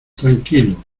tranquilo